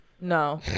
No